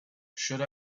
should